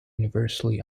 universally